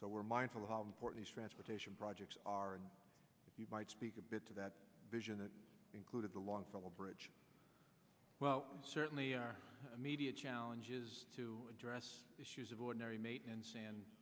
so we're mindful of how important transportation projects are and you might speak a bit to that vision that included the longfellow bridge well certainly our immediate challenge is to address issues of ordinary maintenance and